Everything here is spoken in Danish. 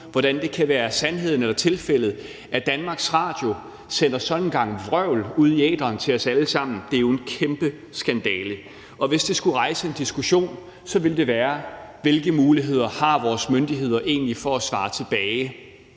hvordan det kan være tilfældet, at DR sender sådan en gang vrøvl ud i æteren til os alle sammen. Det er jo en kæmpe skandale. Hvis det skulle rejse en diskussion, ville det være en diskussion om, hvilke muligheder vores myndigheder egentlig har for at svare tilbage,